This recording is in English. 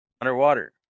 Underwater